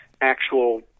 actual